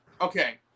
okay